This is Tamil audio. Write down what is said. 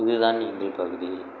இதுதான் எங்கள் பகுதியில்